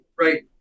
right